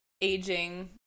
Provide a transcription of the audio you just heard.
aging